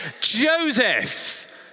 Joseph